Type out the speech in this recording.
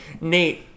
nate